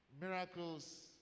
miracles